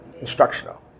instructional